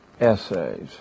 essays